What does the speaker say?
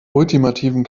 ultimativen